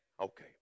Okay